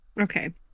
Okay